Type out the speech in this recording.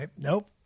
Nope